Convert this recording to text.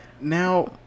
Now